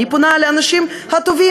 אני פונה לאנשים הטובים,